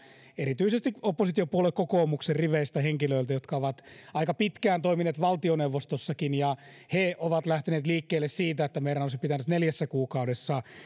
erityisesti oppositiopuolue kokoomuksen riveistä henkilöiltä jotka ovat aika pitkään toimineet valtioneuvostossakin he ovat lähteneet liikkeelle siitä että meidän olisi pitänyt tehdä neljässä kuukaudessa